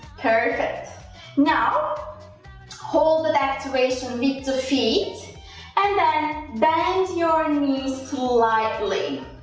perfect now hold the the activation be two feet and then bend your knees slightly,